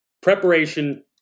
Preparation